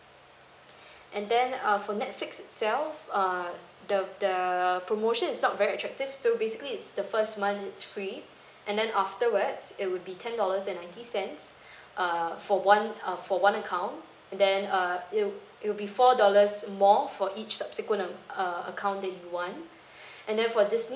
and then uh for netflix itself err the the promotion is not very attractive so basically it's the first month it's free and then afterwards it would be ten dollars and ninety cents err for one uh for one account then err it'll it'll be four dollars more for each subsequent ac~ err account that you want and then for disney